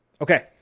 Okay